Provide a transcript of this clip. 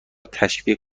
تشویق